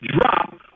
drop